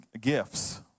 gifts